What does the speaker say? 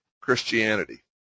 Christianity